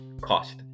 cost